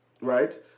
right